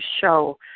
show